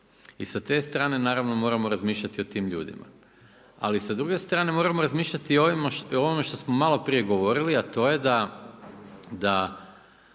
i sa te strane naravno razmišljati o tim ljudima. Ali sa druge strane moramo razmišljati i ovome što smo maloprije govorili a to je da